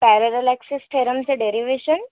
parallel axis थेरमचे derivation